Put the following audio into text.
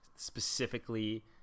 Specifically